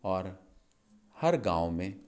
और हर गांव में